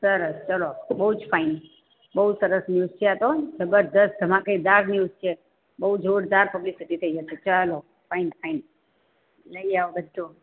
સરસ ચલો બહુ જ ફાઇન બહુ સરસ ન્યૂઝ છે આ તો જબરદસ્ત ધમાકેદાર ન્યૂઝ છે બહુ જોરદાર પબ્લિસિટી થઈ જશે ચાલો ફાઇન ફાઇન લઈ આવ બધું